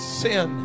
sin